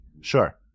Sure